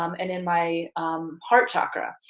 um and in my heart chakra.